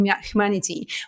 Humanity